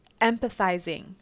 empathizing